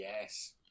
yes